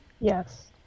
Yes